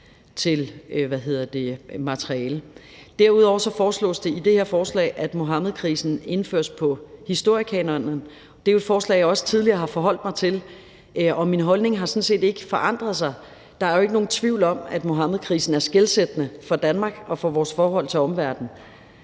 til materiale. Derudover foreslås det i det her beslutningsforslag, at Muhammedkrisen indføres i historiekanonen. Det er et forslag, jeg også tidligere har forholdt mig til, og min holdning har sådan set ikke forandret sig. Der er ikke nogen tvivl om at Muhammedkrisen er skelsættende for Danmark og for vores forhold til omverdenen,